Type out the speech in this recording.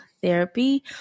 therapy